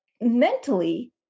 mentally